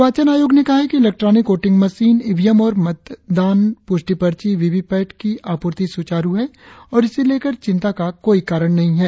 निर्वाचन आयोग ने कहा है कि इलेक्ट्रॉनिक वोटिंग मशीन ईवीएम और मतदान पुष्टि पर्ची वीवीपैट की आपूर्ति सुचारु है और इसे लेकर चिंता का कोई कारण नहीं है